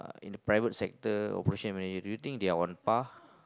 in the private sector operation manager do you think they on par